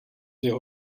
jeho